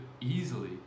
easily